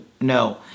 No